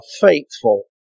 faithful